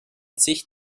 sich